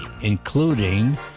including